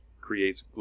creates